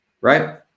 right